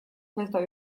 wezwał